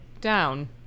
down